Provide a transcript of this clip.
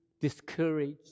discouraged